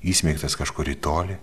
įsmeigtas kažkur į tolį